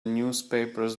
newspapers